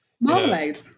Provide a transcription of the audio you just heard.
Marmalade